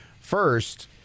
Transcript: First